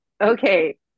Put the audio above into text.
okay